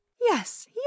Yes